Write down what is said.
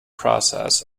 process